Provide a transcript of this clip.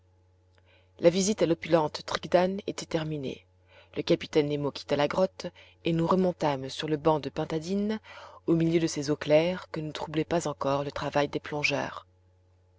la visite à l'opulente tridacne était terminée le capitaine nemo quitta la grotte et nous remontâmes sur le banc de pintadines au milieu de ces eaux claires que ne troublait pas encore le travail des plongeurs